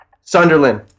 Sunderland